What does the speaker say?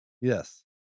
Yes